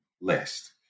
list